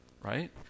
right